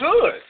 good